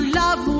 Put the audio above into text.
love